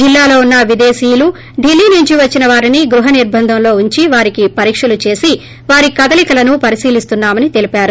జిల్లాలో వున్న విదేశీలు ఢిల్లీ నుంచి వచ్చిన వారిని గృహ నిర్పందంలో వుంచి వారికి పరీక్షలు చేసి వారి కదలికలను పరిశీలిస్తున్నా మని తెలిపారు